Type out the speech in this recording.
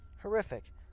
Horrific